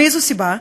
מאיזו סיבה?